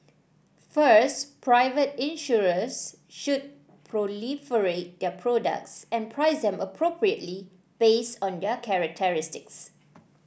first private insurers should proliferate their products and price them appropriately based on their characteristics